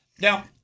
Now